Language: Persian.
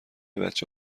بچه